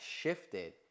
shifted